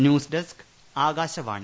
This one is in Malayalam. news desk Akashvani